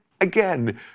again